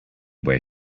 where